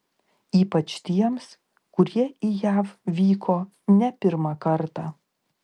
ypač tiems kurie į jav vyko ne pirmą kartą